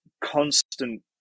constant